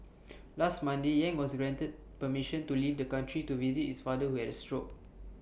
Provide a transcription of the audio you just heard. last Monday yang was granted permission to leave the country to visit is father who had A stroke